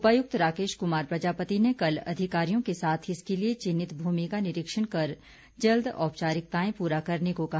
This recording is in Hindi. उपायुक्त राकेश कुमार प्रजापति ने कल अधिकारियों के साथ इसके लिए चिन्हित भूमि का निरीक्षण कर जल्द औपचारिकताएं पूरा करने को कहा